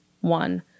one